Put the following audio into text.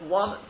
one